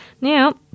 Now